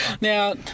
Now